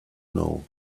know